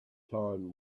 time